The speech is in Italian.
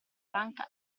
franca